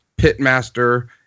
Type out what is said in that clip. pitmaster